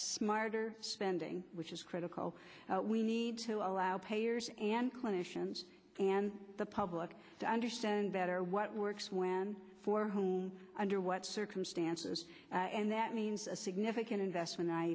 smarter spending which is critical we need to allow payers and clinicians and the public to understand better what works when for whom under what circumstances and that means a significant investment i